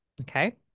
Okay